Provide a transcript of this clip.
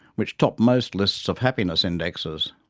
which top most lists of happiness indexes.